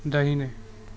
दाहिने